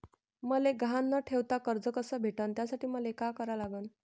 मले गहान न ठेवता कर्ज कस भेटन त्यासाठी मले का करा लागन?